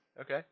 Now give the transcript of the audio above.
Okay